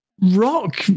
rock